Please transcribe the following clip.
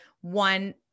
one